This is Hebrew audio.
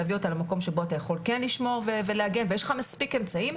להביא אותה למקום שבו אתה יכול כן לשמור ולהגן ויש לך מספיק אמצעים.